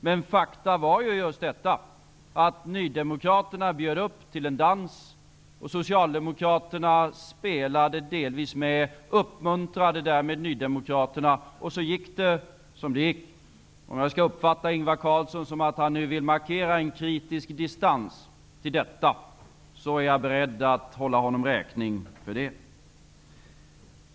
Men fakta var just detta, att Socialdemokraterna delvis spelade med och därmed uppmuntrade Nydemokraterna. Så gick det som det gick. Om jag skall uppfatta Ingvar Carlsson som att han nu vill markera en kritisk distans till detta, är jag beredd att hålla honom räkning för det.